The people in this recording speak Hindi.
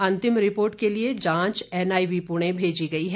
अंतिम रिपोर्ट के लिए जांच एनआईवी पुणे भेजी गई है